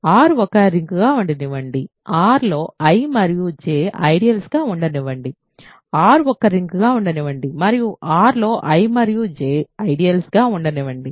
R ఒక రింగ్గా ఉండనివ్వండి Rలో I మరియు J ఐడియల్స్ గా ఉండనివ్వండి R ఒక రింగ్గా ఉండనివ్వండి మరియు R లో I మరియు J ఐడియల్స్ గా ఉండనివ్వండి